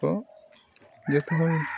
ᱠᱚ ᱡᱚᱛᱚ ᱦᱚᱲ